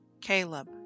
Caleb